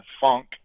funk